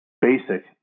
basic